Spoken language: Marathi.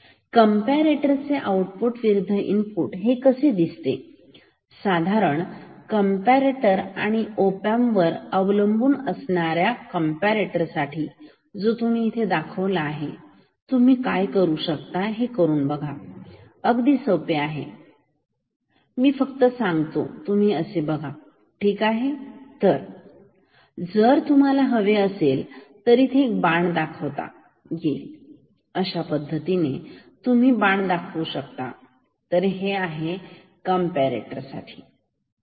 कॅम्पारेटरचे आउटपुट विरुद्ध इनपुट हे कसे दिसते साधारण कंपरेटर आणि ऑपम्प वर अवलंबून असणाऱ्या कॅम्पारेटर साठी जो तुम्ही येथे दाखवला आहे तुम्ही काय करू शकता हे करून बघा अगदी साधे आहे मी फक्त सांगतो तुम्ही असे बघा ठीक आहे तर जर तुम्हाला हवे असेल तर इथे बांण दाखवा अशा पद्धतीने तुम्ही बांण दाखवू शकता तर हे आहे कॅम्पारेटर साठीचे